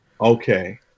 Okay